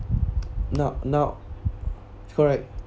now now correct